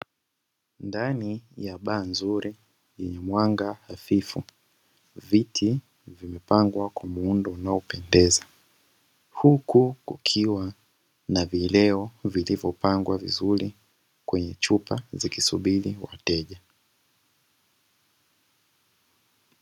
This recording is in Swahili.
Ndani ya baa yenye mwanga hafifu, viti vimepangwa kwenye muundo unaopendeza, huku kukiwa na vileo vilivyopangwa vizuri kwenye chupa vikisubiri wateja.